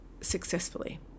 successfully